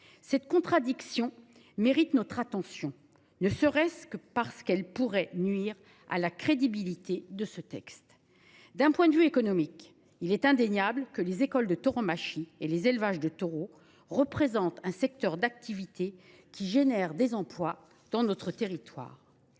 Cette contradiction mérite notre attention, ne serait ce parce qu’elle pourrait nuire à la crédibilité du texte. D’un point de vue économique, il est indéniable que les écoles de tauromachie et les élevages de taureaux représentent un secteur d’activité qui crée des emplois dans nos territoires.